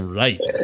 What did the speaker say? right